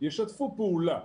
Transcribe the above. ישתפו פעולה,